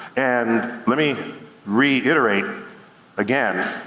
and lemme reiterate again,